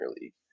League